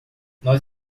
nós